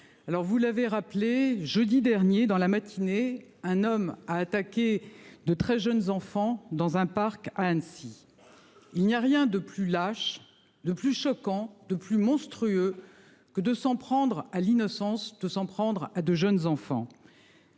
vous l'avez rappelé jeudi dernier dans la matinée, un homme a attaqué de très jeunes enfants dans un parc à Annecy. Il n'y a rien de plus lâche de plus choquant de plus monstrueux que de s'en prendre à l'innocence de s'en prendre à de jeunes enfants.